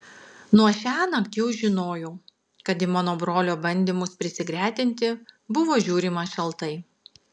nuo šiąnakt jau žinojau kad į mano brolio bandymus prisigretinti buvo žiūrima šaltai